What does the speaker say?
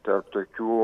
tarp tokių